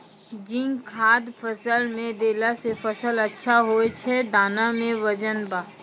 zinc खाद फ़सल मे देला से फ़सल अच्छा होय छै दाना मे वजन ब